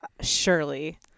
Surely